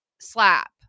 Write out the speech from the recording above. slap